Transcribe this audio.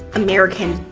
american,